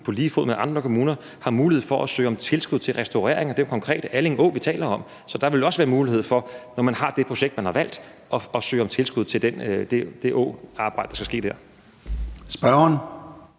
på lige fod med andre kommuner har mulighed for at søge om tilskud til restaureringer. Det er jo konkret Alling Å, vi taler om. Så der vil også være mulighed for – når man har det projekt, man har valgt – at søge om tilskud til det åarbejde, der skal ske der.